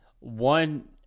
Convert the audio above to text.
One